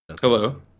Hello